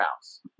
house